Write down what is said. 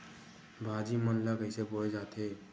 भाजी मन ला कइसे बोए जाथे?